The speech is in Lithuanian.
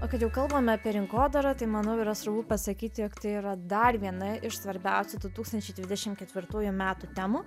o kad jau kalbame apie rinkodarą tai manau yra svarbu pasakyti jog tai yra dar viena iš svarbiausių du tūkstančiai dvidešim ketvirtųjų metų temų